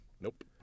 Nope